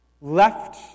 left